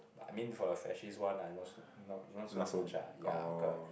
I mean for the one lah not not not so much ah yea correct